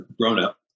grown-up